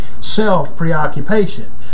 self-preoccupation